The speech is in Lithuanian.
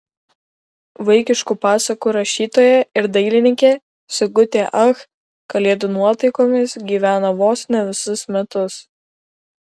vaikiškų pasakų rašytoja ir dailininkė sigutė ach kalėdų nuotaikomis gyvena vos ne visus metus